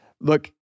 look